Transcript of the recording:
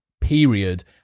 period